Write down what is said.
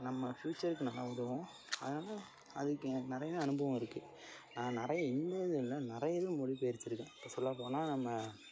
நம்ம ஃப்யூச்சருக்கு நல்லா உதவும் அதனால் அதுக்கு எனக்கு நிறையா அனுபவம் இருக்குது நான் நிறைய இங்கே இது இல்லை நிறைய இது மொழிபெயர்த்துருக்கேன் சொல்லப் போனால் நம்ம